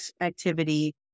activity